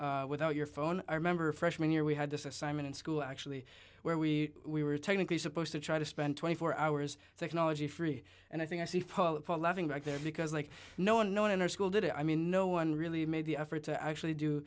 time without your phone i remember freshman year we had this assignment in school actually where we we were technically supposed to try to spend twenty four hours technology free and i think i see fall apart laughing right there because like no one no one in our school did it i mean no one really made the effort to actually do